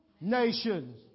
Nations